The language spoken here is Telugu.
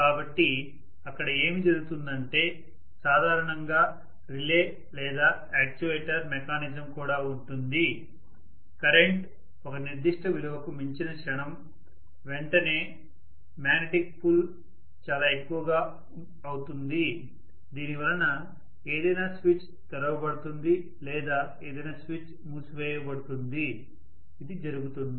కాబట్టి అక్కడ ఏమి జరుగుతుందంటే సాధారణంగా రిలే లేదా యాక్యుయేటర్ మెకానిజం కూడా ఉంటుంది కరెంట్ ఒక నిర్దిష్ట విలువకు మించిన క్షణం వెంటనే మ్యాగ్నెటిక్ పుల్ చాలా ఎక్కువ అవుతుంది దీనివలన ఏదైనా స్విచ్ తెరవబడుతుంది లేదా ఏదైనా స్విచ్ మూసివేయబడుతుంది ఇది జరుగుతుంది